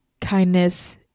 kindness